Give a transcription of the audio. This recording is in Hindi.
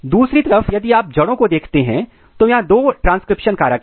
दूसरी तरफ यदि आप जड़ों को देखते हैं तो यहां दो ट्रांसक्रिप्शन कारक हैं